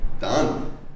done